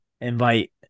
invite